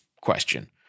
question